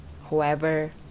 whoever